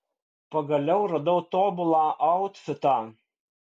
pagaliau radau tobulą autfitą